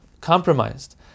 compromised